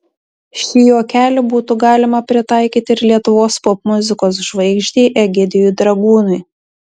šį juokelį būtų galima pritaikyti ir lietuvos popmuzikos žvaigždei egidijui dragūnui